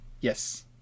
Yes